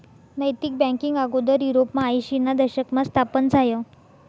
नैतिक बँकींग आगोदर युरोपमा आयशीना दशकमा स्थापन झायं